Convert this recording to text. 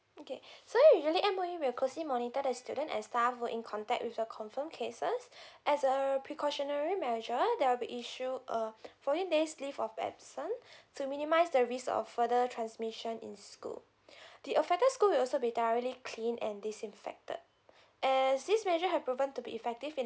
okay so usually M_O_E will closely monitor the student and staff were in contact with the confirm cases as a precautionary measure they will be issued a fourteen days leave of absence to minimise the risk of further transmission in school the affected school will also be thoroughly cleaned and disinfected and this measure have proven to be effective in